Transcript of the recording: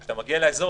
כשאתה מגיע לאזור,